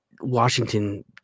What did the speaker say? Washington